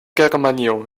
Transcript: germanio